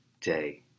day